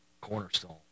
cornerstone